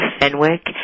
Fenwick